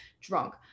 drunk